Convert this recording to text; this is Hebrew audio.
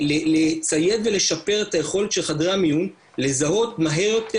לצייד ולשפר את היכולת של חדרי המיון לזהות מהר יותר